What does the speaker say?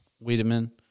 Wiedemann